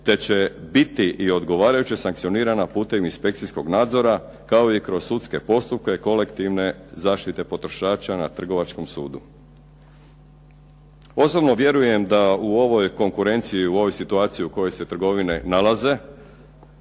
te će biti i odgovarajuće sankcionirana putem inspekcijskog nadzora kao i kroz sudske postupke kolektivne zaštite potrošača na trgovačkom sudu. Osobno vjerujem da u ovoj konkurenciji, u ovoj situaciji u kojoj se trgovine nalaze